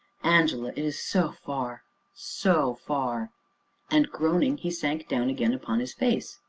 angela! it is so far so far and groaning, he sank down again, upon his face.